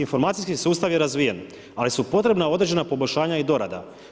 Informacijski sustav je razvijen, ali su potrebna određena poboljšanja i dorada.